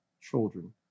children